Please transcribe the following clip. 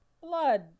blood